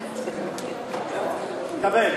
התקבל.